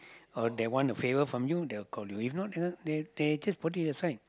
or they want a favour from you they will call you if not they they just put you aside